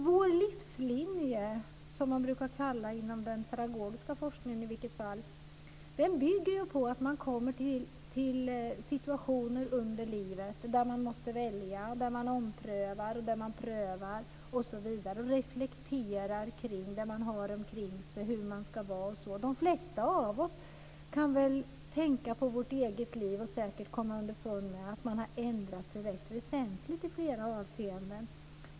Vår livslinje, som man brukar kalla det inom den pedagogiska forskningen, bygger på att man hamnar i situationer i livet där man måste välja, där man prövar och omprövar. Man reflekterar över det man har omkring sig, över hur man ska vara. De flesta av oss kan tänka på vårt eget liv och säkert komma underfund med att vi har ändrat oss rätt väsentligt i många avseenden.